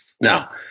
Now